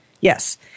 Yes